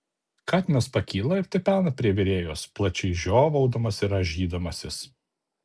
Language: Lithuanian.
katinas pakyla ir tipena prie virėjos plačiai žiovaudamas ir rąžydamasis